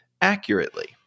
accurately